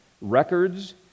records